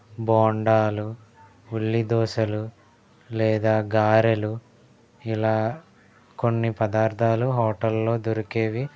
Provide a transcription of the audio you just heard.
బోండాలు ఉల్లి దోశలు లేదా గారెలు ఇలా కొన్ని పదార్ధాలు హోటల్లో దొరికేవి